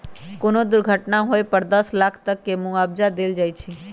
कोनो दुर्घटना होए पर दस लाख तक के मुआवजा देल जाई छई